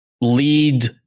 lead